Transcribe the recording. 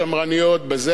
פרופסור ברוורמן,